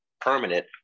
permanent